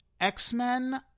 X-Men